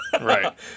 right